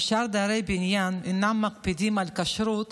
ששאר דיירי הבניין אינם מקפידים על כשרות,